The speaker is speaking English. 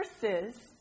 verses